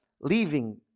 leaving